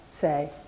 say